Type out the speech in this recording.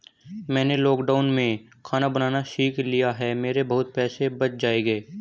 मैंने लॉकडाउन में खाना बनाना सीख लिया है, मेरे बहुत पैसे बच जाएंगे